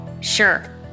Sure